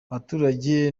abaturage